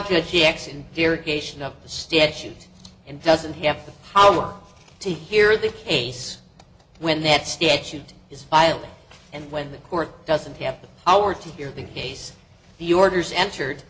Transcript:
the statute and doesn't have the power to hear the case when that statute is filed and when the court doesn't have the power to hear the case the orders entered